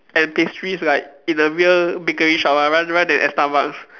and pastries like in a real bakery shop ah ra~ rather than at Starbucks